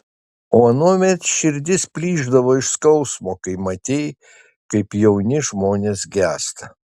o anuomet širdis plyšdavo iš skausmo kai matei kaip jauni žmonės gęsta